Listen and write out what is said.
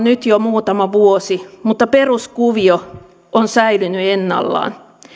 nyt jo muutama vuosi mutta peruskuvio on säilynyt ennallaan